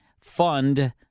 fund